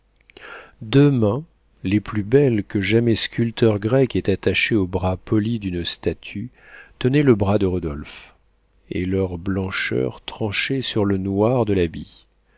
les plus belles que jamais sculpteur grec ait attachées au bras poli d'une statue tenaient le bras de rodolphe et leur blancheur tranchait sur le noir de l'habit